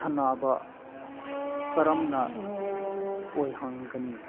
ꯈꯟꯅꯕ ꯀꯔꯝꯅ ꯑꯣꯏꯍꯟꯒꯅꯤ